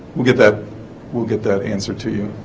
we'll get that we'll get that answer to you